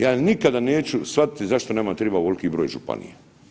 Ja nikada neću shvatiti zašto nama triba ovoliki broj županija.